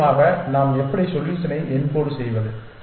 நிச்சயமாக நாம் எப்படி சொல்யூஷனை யென்கோட் செய்வது